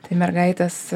tai mergaitės